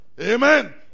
Amen